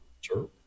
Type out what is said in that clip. Sure